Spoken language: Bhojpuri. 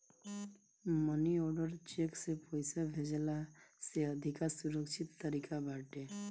मनी आर्डर चेक से पईसा भेजला से अधिका सुरक्षित तरीका बाटे